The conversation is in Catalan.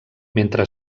mentre